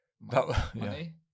money